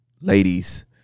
ladies